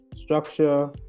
structure